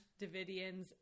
Davidians